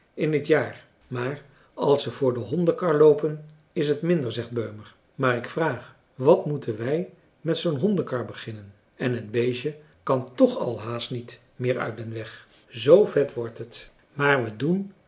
in het jaar maar als ze voor de hondenkar loopen is het minder zegt beumer maar ik vraag wat moeten wij met zoo'n hondenkar beginnen en het beestje kan toch al haast niet meer uit den weg zoo vet wordt het maar we doen